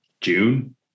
June